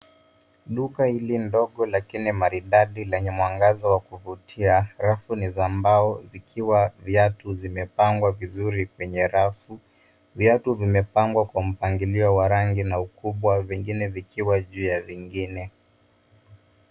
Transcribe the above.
Duka hili ndogo lakini maridadi lenye mwangaza wa kuvutia. Rafu ni za mbao zikiwa viatu zimepangwa vizuri kwenye rafu. Viatu vimepangwa kwa mpangilio wa rangi na ukubwa vingine vikiwa juu ya vingine.